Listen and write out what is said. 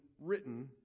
written